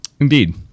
Indeed